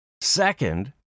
Second